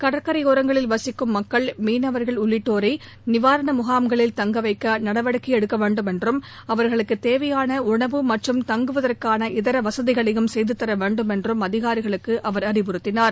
கடற்கரையோரங்களில் வசிக்கும் மக்கள் மீனவர்கள் உள்ளிட்டோரை நிவாரண முகாம்களில் தங்க வைக்க நடவடிக்கை எடுக்க வேண்டும் என்றும் அவர்களுக்கு தேவையான உணவு மற்றும் தங்குவதற்கான இதர வசதிகளையும் செய்துதர வேண்டும் என்றும் அதிகாரிகளுக்கு அவர் அறிவுறுத்தினார்